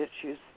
issues